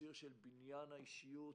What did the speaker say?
בציר של בניין האישיות.